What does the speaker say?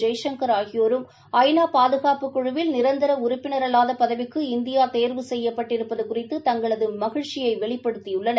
ஜெய்சங்கர் ஆகியோரும் ஜநாபாதுகாப்பு சபையில் நிரந்தரஉறுப்பினரல்லாதபதவிக்கு இந்தியாதேர்வு செய்யப்பட்டிருப்பதுகுறித்து தங்களதுமகிழ்ச்சியைவெளிப்படுத்தியுள்ளனர்